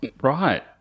Right